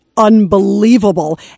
unbelievable